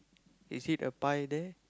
is it a pie there